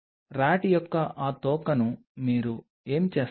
RAT యొక్క ఆ తోకను మీరు ఏమి చేస్తారు